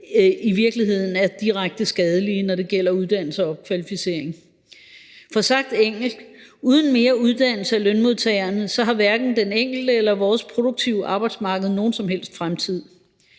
i virkeligheden er direkte skadelige, når det gælder uddannelse og opkvalificering. For sagt enkelt: Uden mere uddannelse af lønmodtagerne har hverken den enkelte eller vores produktive arbejdsmarked nogen som helst fremtid.